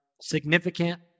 significant